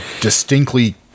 distinctly